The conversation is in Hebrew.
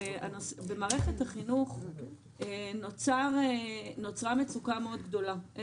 במערכת החינוך נוצרה מצוקה גדולה מאוד